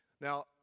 Now